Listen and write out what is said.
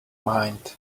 mind